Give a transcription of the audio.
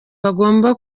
bagomba